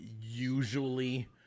usually